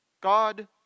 God